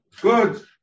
Good